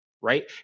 right